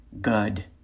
good